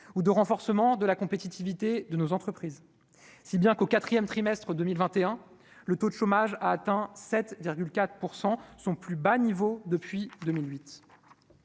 ou de renforcement de la compétitivité de nos entreprises, si bien qu'au 4ème trimestre 2021, le taux de chômage a atteint 7 virgule 4 % son plus bas niveau depuis 2008